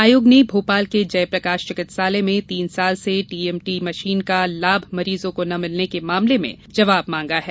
आयोग ने भोपाल के जय प्रकाश चिकित्सालय में तीन साल से टीएमटी मशीन का लाभ मरीजों को न मिलने के मामले में जवाब मांगा है